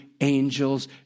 angels